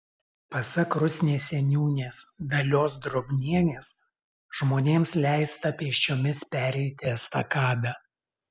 pasak rusnės seniūnės dalios drobnienės žmonėms leista pėsčiomis pereiti estakadą